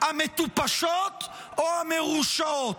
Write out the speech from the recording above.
המטופשות או המרושעות?